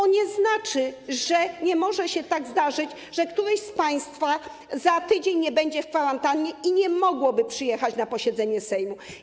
To nie znaczy, że nie może się tak zdarzyć, że ktoś z państwa za tydzień będzie w kwarantannie i nie będzie mógł przyjechać na posiedzenie Sejmu.